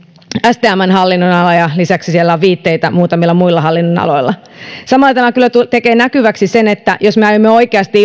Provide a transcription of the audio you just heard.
stmn hallinnonalan ja lisäksi siitä on viitteitä muutamilla muilla hallinnonaloilla samoiten minä kyllä tulen tekemään näkyväksi sen että jos me aiomme oikeasti